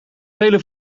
vele